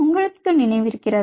உங்களுக்கு நினைவிருக்கிறதா